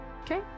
Okay